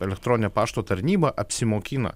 elektroninio pašto tarnyba apsimokina